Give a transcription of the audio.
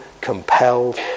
compelled